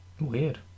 Weird